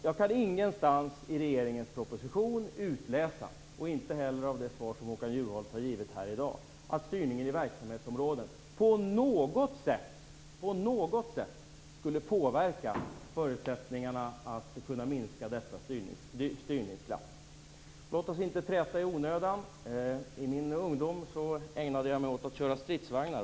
Jag kan ingenstans i regeringens proposition och inte heller av det svar som Håkan Juholt har givit här i dag utläsa att styrningen i verksamhetsområden på något sätt skulle påverka förutsättningarna för att minska detta styrningsglapp. Låt oss inte träta i onödan. I min ungdom ägnade jag mig åt att köra stridsvagnar.